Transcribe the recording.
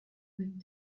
big